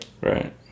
Right